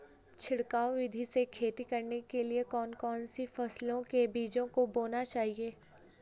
छिड़काव विधि से खेती करने के लिए कौन कौन सी फसलों के बीजों को बोना चाहिए?